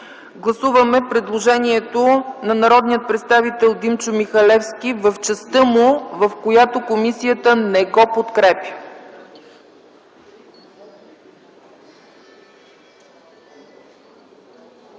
Гласуваме предложението на народния представител Димчо Михалевски в частта му, в която комисията не го подкрепя.